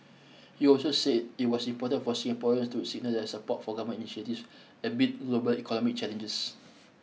he also said it was important for Singaporeans to signal their support for government initiatives amid global economic challenges